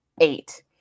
eight